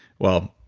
well,